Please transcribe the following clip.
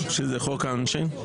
שזה חוק העונשין?